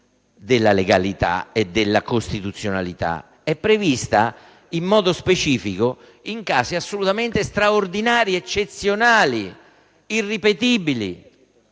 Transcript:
della legalità e della costituzionalità: è prevista in modo specifico in casi assolutamente straordinari, eccezionali e irripetibili.